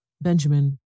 Benjamin